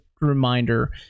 reminder